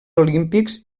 olímpics